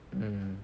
mm